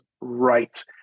right